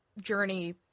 journey